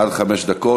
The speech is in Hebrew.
עד חמש דקות.